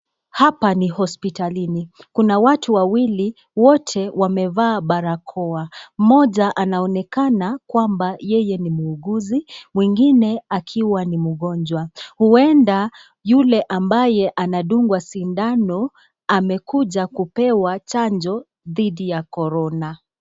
Hapa ni hosipitalini, kuna watu wawili, wote wamevaa barakoa. Moja anaonekana kwamba yeye ni muuguzi, mwingine akiwa ni mgonjwa. Huenda yule ambaye anadungwa sindano, amekuja kupewa chanjo dhidi ya korona.